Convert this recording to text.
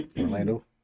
Orlando